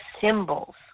symbols